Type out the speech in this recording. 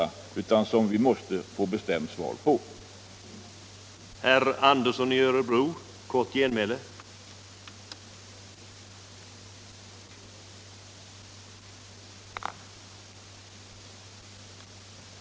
Vi måste få bestämda besked från regeringen i de frågorna.